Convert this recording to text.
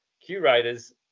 curators